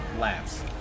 laughs